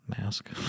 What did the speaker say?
Mask